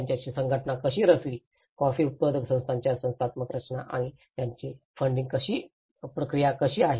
आणि त्यांची संघटना कशी रचली कॉफी उत्पादक संस्थांच्या संस्थात्मक संरचना आणि त्यांची फंडिंग प्रक्रिया कशी